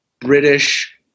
British